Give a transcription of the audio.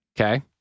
Okay